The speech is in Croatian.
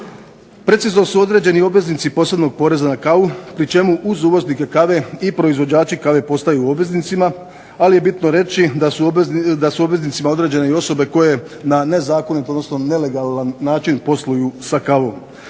precizno su određeni obveznici posebnog poreza na kavu pri čemu uz uvoznike kave i proizvođače kave postaju obveznicima, ali je bitno reći da su obveznicima određene osobe koje na nezakoniti odnosno nelegalan način posluju sa kavom,